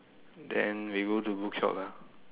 then we go to bookshop ah